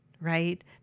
right